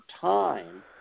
time